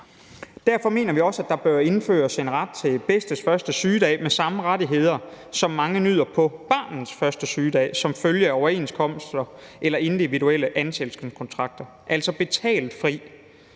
Derfor mener vi også, at der bør indføres en ret til bedstes første sygedag med samme rettigheder, som mange nyder på barnets første sygedag som følge af overenskomster eller individuelle ansættelseskontrakter, altså betalt fri.